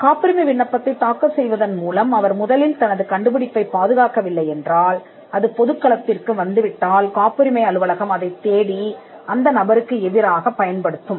காப்புரிமை விண்ணப்பத்தைத் தாக்கல் செய்வதன் மூலம் அவர் முதலில் தனது கண்டுபிடிப்பைப் பாதுகாக்கவில்லை என்றால் அது பொதுக் களத்திற்கு வந்து விட்டால் காப்புரிமை அலுவலகம் அதைத் தேடி அந்த நபருக்கு எதிராகப் பயன்படுத்தும்